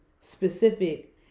specific